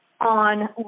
on